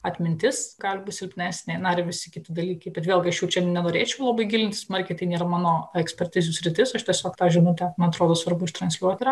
atmintis gali būti silpnesnė na ir visi kiti dalykai bet vėlgi aš jau čia nenorėčiau labai gilintis smarkiai tai nėra mano ekspertizių sritis aš tiesiog tą žinutę man atrodo svarbu transliuot yra